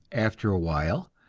after a while,